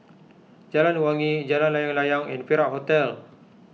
Jalan Wangi Jalan Layang Layang and Perak Hotel